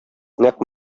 нәкъ